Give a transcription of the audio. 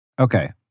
Okay